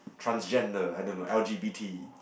transgender I don't know L_G_B_T